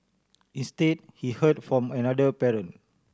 instead he heard from another parent